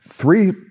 three